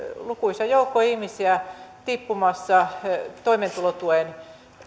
lukuisa joukko ihmisiä tippumassa toimeentulotuen